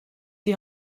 die